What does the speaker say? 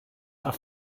are